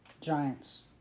Giants